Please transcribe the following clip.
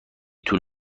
طول